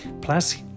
Plus